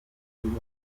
guhita